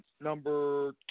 number